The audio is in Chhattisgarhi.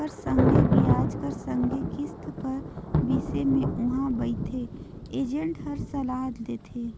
कर संघे बियाज कर संघे किस्त कर बिसे में उहां बइथे एजेंट हर सलाव देथे